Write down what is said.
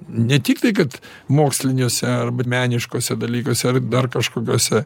ne tik tai kad moksliniuose arba meniškuose dalykuose ar dar kažkokiuose